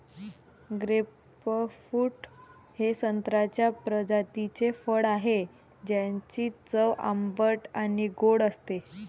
grapefruit हे संत्र्याच्या प्रजातीचे फळ आहे, ज्याची चव आंबट आणि गोड असते